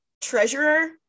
Treasurer